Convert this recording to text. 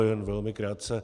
Jen velmi krátce.